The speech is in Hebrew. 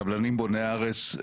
הקבלנים בוני הארץ,